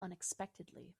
unexpectedly